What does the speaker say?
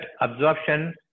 absorption